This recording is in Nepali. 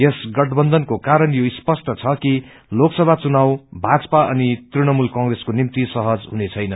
यस गठबन्धनको कारण यो सपष्ट छ कि लोकसभा चुनाव भाजपा अनि तृणमूल कंग्रेसको निम्ति सहज हुनेछैन